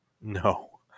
No